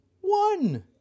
one